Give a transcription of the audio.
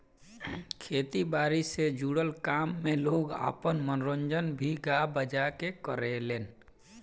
खेती बारी से जुड़ल काम में लोग आपन मनोरंजन भी गा बजा के करेलेन